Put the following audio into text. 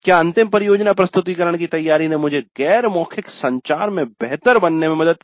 क्या अंतिम परियोजना प्रस्तुतिकरण की तैयारी ने मुझे गैर मौखिक संचार में बेहतर बनने में मदद की